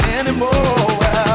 anymore